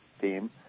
team